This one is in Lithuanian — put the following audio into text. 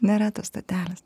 nėra tos stotelės